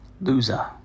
loser